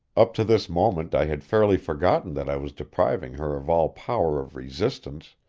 up to this moment i had fairly forgotten that i was depriving her of all power of resistance,